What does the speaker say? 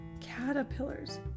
Caterpillars